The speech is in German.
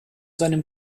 seinem